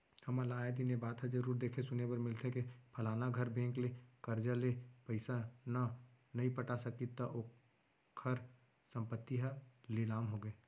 हमन ल आय दिन ए बात ह जरुर देखे सुने बर मिलथे के फलाना घर बेंक ले करजा ले पइसा न नइ पटा सकिस त ओखर संपत्ति ह लिलाम होगे